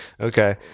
Okay